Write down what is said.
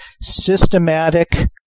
systematic